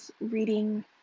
reading